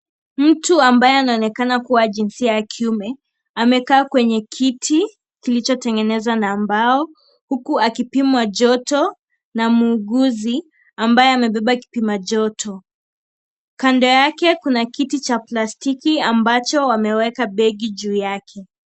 Mtu ambaye anaonekana kuwa jinsia ya kiume amekaa kwenye kiti kilichotengwnezwa na mbao huku akipimwa joto na muuguzi ambaye amebeba Kipima joto. Kando yake kuna kiti cha plastiki ambacho wameweka begi juu yake.